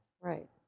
Right